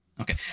okay